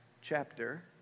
chapter